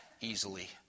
easily